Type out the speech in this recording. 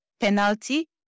penalty